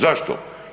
Zašto?